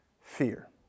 fear